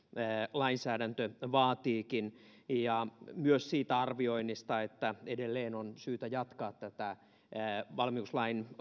lainsäädäntö vaatiikin ja myös siitä arvioinnista että edelleen on syytä jatkaa tätä valmiuslain